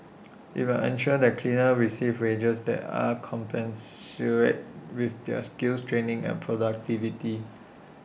IT will ensure that cleaners receive wages that are commensurate with their skills training and productivity